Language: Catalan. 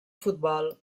futbol